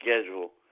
schedule